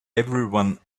everyone